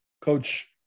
Coach